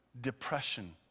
depression